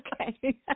Okay